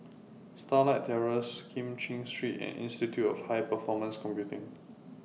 Starlight Terrace Kim Cheng Street and Institute of High Performance Computing